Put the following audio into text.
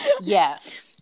yes